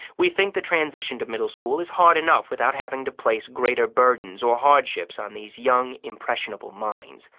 we think the transition to middle school is hard enough without having to place greater burdens or hardships on these young, impressionable minds.